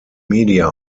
media